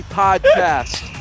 podcast